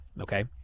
Okay